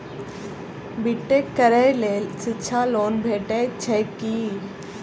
B tech करै लेल शिक्षा लोन भेटय छै की?